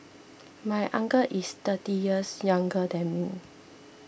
my uncle is thirty years younger than me